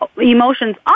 emotions